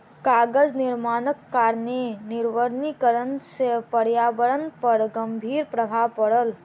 कागज निर्माणक कारणेँ निर्वनीकरण से पर्यावरण पर गंभीर प्रभाव पड़ल